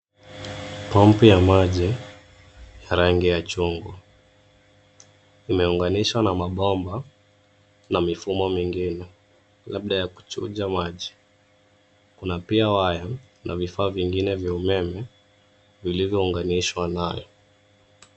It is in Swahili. Pampu ya maji, ya rangi ya chungwa. Imeunganishwa na mabomba, na mifumo mengine, labda ya kuchuja maji. Kuna pia waya, na vifaa vingine vya umeme, vilivyounganishwa nayo.